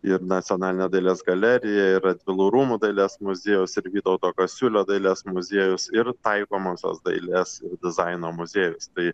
ir nacionalinė dailės galerija ir radvilų rūmų dailės muziejaus ir vytauto kasiulio dailės muziejus ir taikomosios dailės dizaino muziejus tai